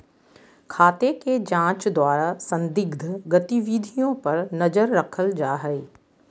खाते के जांच द्वारा संदिग्ध गतिविधियों पर नजर रखल जा हइ